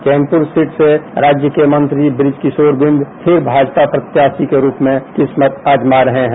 चौनपुर सीट से राज्य के मंत्री बृज किशोर बिंद फिर भाजपा प्रत्याशी के रुप में किस्मत आजमा रहे हैं